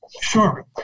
Sure